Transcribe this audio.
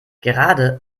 gerade